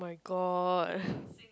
god